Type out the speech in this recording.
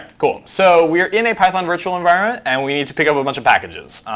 cool. so we're in a python virtual environment, and we need to pick up a bunch of packages.